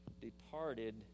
departed